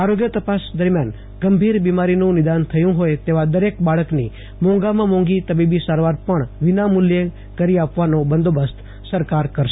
આરોગ્ય તપાસ દરમ્યાનગંભીર બીમારી નું નિદાન થયું હોય તેવા દરેક બાળક ની મોંઘા માં મોંઘી તબીબી સારવાર પણવિનામુલ્ચે કરી આપવાનો બંદોબસ્ત સરકાર કરશે